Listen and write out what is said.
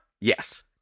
Yes